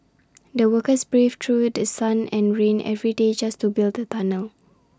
the workers braved through The Sun and rain every day just to build the tunnel